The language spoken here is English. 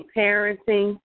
parenting